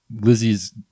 Lizzie's